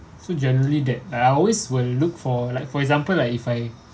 so generally that I always will look for like for example like if I